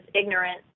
ignorant